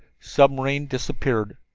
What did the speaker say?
submarine disappeared.